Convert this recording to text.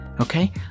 okay